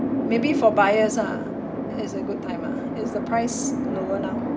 maybe for buyers ah it's a good time ah is the price lower now